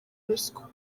ruswa